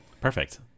Perfect